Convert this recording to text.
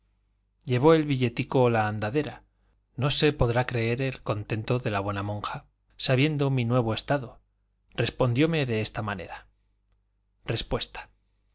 llevó el billetico la andadera no se podrá creer el contento de la buena monja sabiendo mi nuevo estado respondióme de esta manera respuesta